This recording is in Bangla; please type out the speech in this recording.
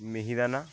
মিহিদানা